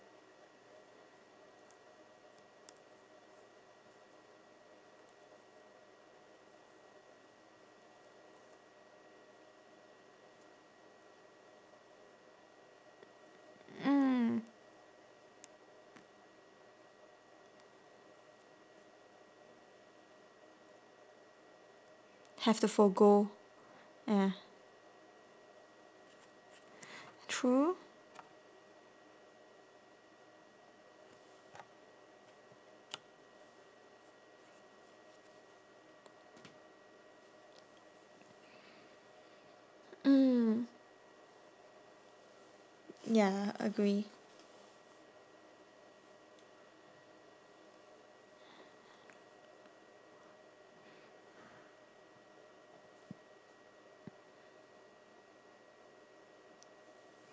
mm have to forgo ya true mm ya agree